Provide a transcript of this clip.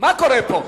מה קורה פה?